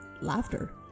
laughter